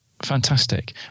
fantastic